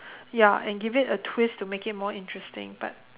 ya and give it a twist to make it more interesting but